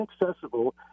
inaccessible